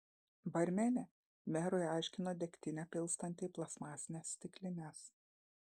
barmenė merui aiškino degtinę pilstanti į plastmasines stiklines